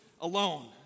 alone